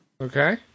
Okay